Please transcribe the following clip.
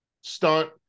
stunt